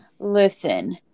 Listen